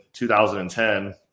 2010